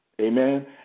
amen